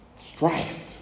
Strife